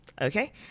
Okay